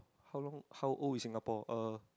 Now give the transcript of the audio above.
how long how old is Singapore uh